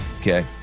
okay